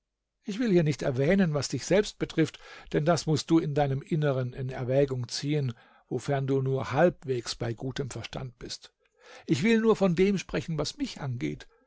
ich will hier nicht erwähnen was dich selbst betrifft denn das mußt du in deinem inneren in erwägung ziehen wofern du nur halbwegs bei gutem verstand bist ich will nur von dem sprechen was mich angeht